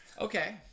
Okay